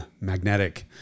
magnetic